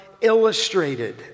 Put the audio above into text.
illustrated